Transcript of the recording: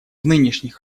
нынешних